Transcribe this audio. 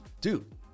Dude